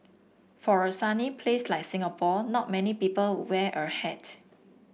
for a sunny place like Singapore not many people wear a hat